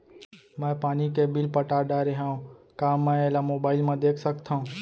मैं पानी के बिल पटा डारे हव का मैं एला मोबाइल म देख सकथव?